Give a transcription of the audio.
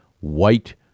white